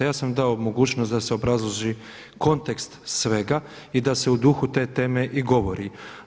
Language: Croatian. Ja sam dao mogućnost da se obrazloži kontekst svega i da se u duhu te teme i govori.